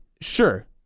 sure